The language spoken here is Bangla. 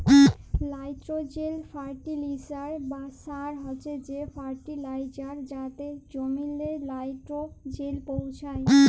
লাইট্রোজেল ফার্টিলিসার বা সার হছে সে ফার্টিলাইজার যাতে জমিল্লে লাইট্রোজেল পৌঁছায়